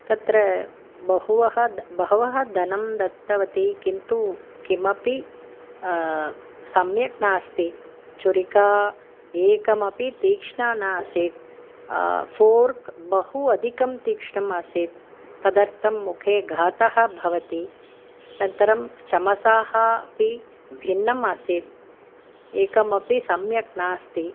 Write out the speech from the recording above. तत्र बहुवः द् बहवः धनं दत्तवती किन्तु किमपि सम्यक् नास्ति छुरिका एकमपि तीक्ष्णा न आसीत् फ़ोर्क् बहु अधिकं तीक्ष्णम् आसीत् तदर्थं मुखे घातः भवति नन्तरं चमसाः अपि भिन्नम् आसीत् एकमपि सम्यक् नास्ति